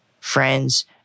friends